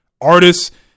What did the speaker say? artists